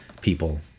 people